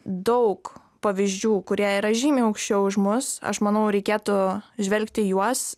daug pavyzdžių kurie yra žymiai aukščiau už mus aš manau reikėtų žvelgt į juos